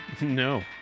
No